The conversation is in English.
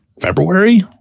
February